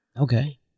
Okay